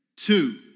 Two